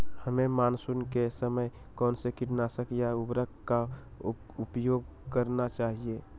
हमें मानसून के समय कौन से किटनाशक या उर्वरक का उपयोग करना चाहिए?